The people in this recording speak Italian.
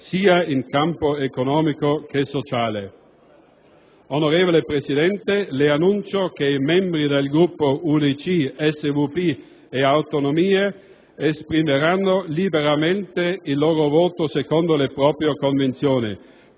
in campo economico e sociale. Onorevole Presidente, annuncio che i membri del Gruppo UDC, SVP e Autonomie esprimeranno liberamente il loro voto secondo le proprie convinzioni.